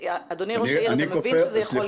אדוני ראש העיר, אתה מבין שזה יכול להיות.